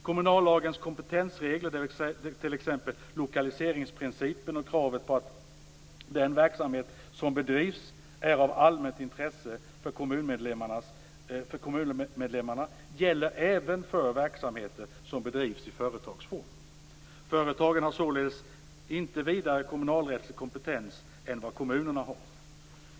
Kommunallagens kompetensregler, t.ex. lokaliseringsprincipen och krav på att den verksamhet som bedrivs är av allmänt intresse för kommunmedlemmarna, gäller även för verksamhet som bedrivs i företagsform. Företagen har således inte vidare kommunalrättslig kompetens än vad kommunerna har.